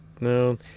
no